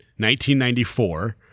1994